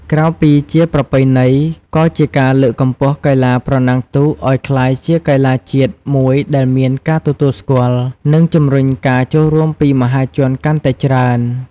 ក្រៅពីជាប្រពៃណី ក៏ជាការលើកកម្ពស់កីឡាប្រណាំងទូកឱ្យក្លាយជាកីឡាជាតិមួយដែលមានការទទួលស្គាល់ និងជំរុញការចូលរួមពីមហាជនកាន់តែច្រើន។